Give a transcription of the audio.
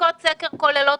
בדיקות סקר כוללות